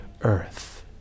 earth